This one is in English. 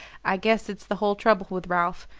i guess that's the whole trouble with ralph.